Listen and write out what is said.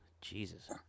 jesus